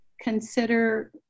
consider